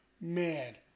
mad